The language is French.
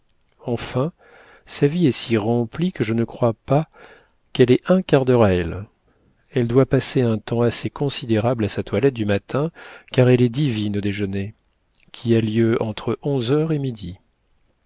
enfin sa vie est si remplie que je ne crois pas qu'elle ait un quart d'heure à elle elle doit passer un temps assez considérable à sa toilette du matin car elle est divine au déjeuner qui a lieu entre onze heures et midi